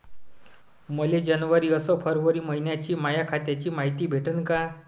मले जनवरी अस फरवरी मइन्याची माया खात्याची मायती भेटन का?